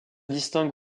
distingue